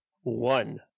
one